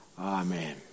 amen